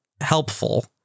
helpful